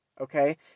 Okay